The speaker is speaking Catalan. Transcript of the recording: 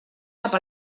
cap